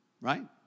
Right